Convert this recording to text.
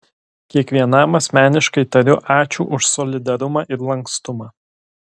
kiekvienam asmeniškai tariu ačiū už solidarumą ir lankstumą